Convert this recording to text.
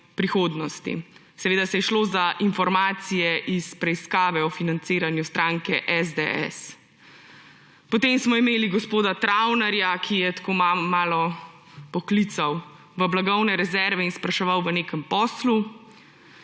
prihodnosti. Seveda je šlo za informacije iz preiskave o financiranju stranke SDS. Potem smo imeli gospoda Travnerja, ki je tako malo poklical v blagovne rezerve in spraševal o nekem poslu.